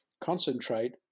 concentrate